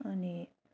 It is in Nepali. अनि